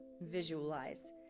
visualize